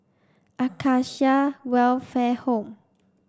Acacia Welfare Home